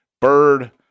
Bird